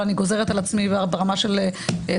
אבל אני גוזרת על עצמי ברמה של משמעת